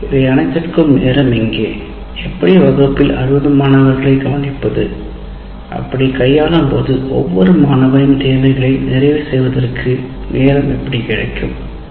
இவை அனைத்திற்கும் நேரம் எங்கேஎப்படி வகுப்பில் 60 மாணவர்களைக் கையாளும் போது ஒவ்வொரு மாணவனின் தேவைகளை நிறைவு செய்வதற்கு நேரம் கிடைப்பதில்லை